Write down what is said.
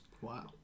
Wow